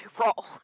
roll